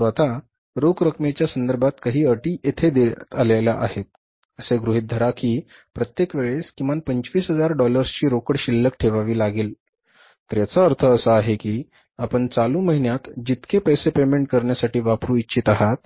परंतु आता रोख रकमेच्या संदर्भात काही अटी येथे दिल्या आहेत की असे गृहीत धरा की प्रत्येक वेळेस किमान 25000 डॉलर्सची रोकड शिल्लक ठेवावी लागेल तर याचा अर्थ असा की आपण चालू महिन्यात जितके पैसे पेमेंट करण्यासाठी वापरू इच्छित आहात